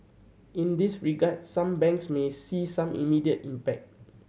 in this regard some banks may see some immediate impact